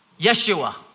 Yeshua